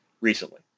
recently